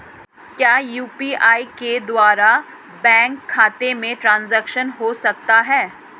क्या यू.पी.आई के द्वारा बैंक खाते में ट्रैन्ज़ैक्शन हो सकता है?